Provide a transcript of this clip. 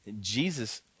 Jesus